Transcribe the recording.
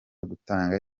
gutanga